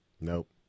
Nope